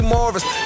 Morris